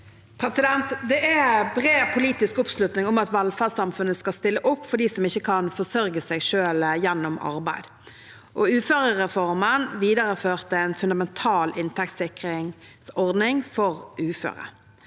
Det er bred politisk oppslutning om at velferdssamfunnet skal stille opp for dem som ikke kan forsørge seg selv gjennom arbeid. Uførereformen videreførte en fundamental inntektssikringsordning for uføre.